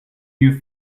you